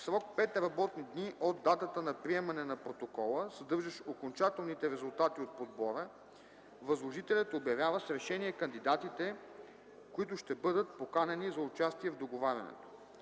„В срок 5 работни дни от датата на приемане на протокола, съдържащ окончателните резултати от подбора, възложителят обявява с решение кандидатите, които ще бъдат поканени за участие в договарянето.”